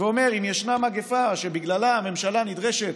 ואומר שאם יש מגפה שבגללה הממשלה נדרשת